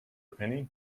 penny